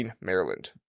Maryland